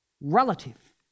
relative